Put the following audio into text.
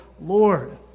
Lord